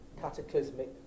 cataclysmic